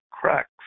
cracks